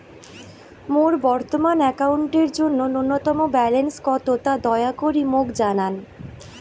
মোর বর্তমান অ্যাকাউন্টের জন্য ন্যূনতম ব্যালেন্স কত তা দয়া করি মোক জানান